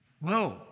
Whoa